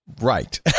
Right